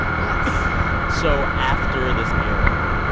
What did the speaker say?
yes so after this error,